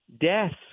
deaths